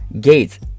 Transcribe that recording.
Gates